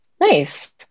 Nice